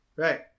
Right